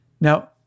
Now